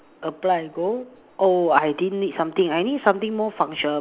apply and go oh I didn't need something I need something more function